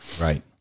right